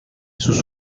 los